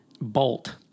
bolt